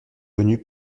venu